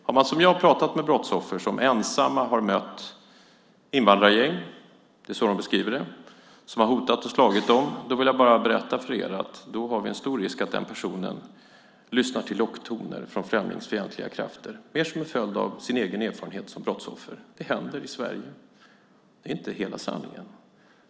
Har man som jag talat med brottsoffer som ensamma har mött invandrargäng - så beskrivs de - som har hotat och slagit dem finns det en stor risk att dessa personer lyssnar till locktoner från främlingsfientliga krafter som en följd av sin erfarenhet som brottsoffer. Det händer i Sverige. Det är inte hela sanningen.